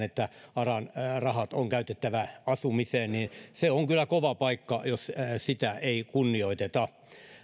että aran rahat on käytettävä asumiseen niin se on kyllä kova paikka jos sitä ei kunnioiteta